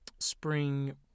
spring